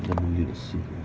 I need to sleep